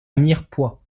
mirepoix